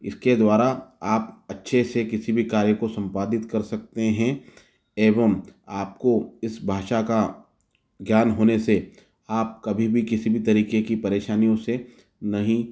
इसके द्वारा आप अच्छे से किसी भी कार्य को संपादित कर सकते हैं एवं आपको इस भाषा का ज्ञान होने से आप कभी भी किसी भी तरीके की परेशानियों से नहीं